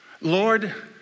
Lord